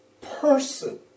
person